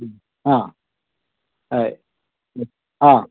ആ ആയി ആ